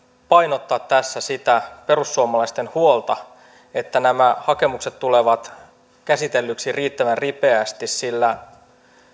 painottaa tässä sitä perussuomalaisten huolta että nämä hakemukset tulevat käsitellyksi riittävän ripeästi sillä